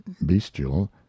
bestial